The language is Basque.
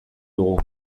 dugu